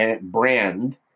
brand